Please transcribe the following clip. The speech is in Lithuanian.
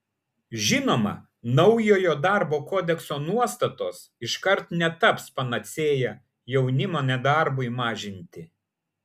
žinoma naujojo darbo kodekso nuostatos iškart netaps panacėja jaunimo nedarbui mažinti